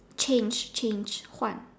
change change 换